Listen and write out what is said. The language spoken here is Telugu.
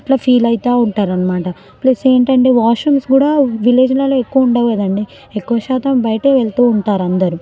అట్లా ఫీల్ ఆవుతూ ఉంటారనమాట ప్లస్ ఏంటంటే వాష్ రూమ్స్ కూడా విలేజ్లలో ఎక్కువ ఉండవు కదండి ఎక్కువ శాతం బయట వెళ్తూ ఉంటారందరూ